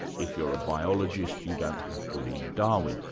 if you're a biologist you don't have to read darwin,